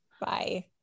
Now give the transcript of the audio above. Bye